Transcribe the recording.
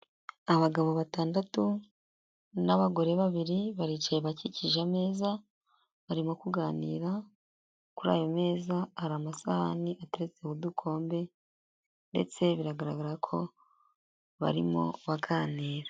Abagabo batandatu n'abagore babiri baricaye bakikije ameza, barimo kuganira, kuri ayo meza hari amasahani ateretseho udukombe ndetse biragaragara ko barimo baganira.